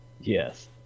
Yes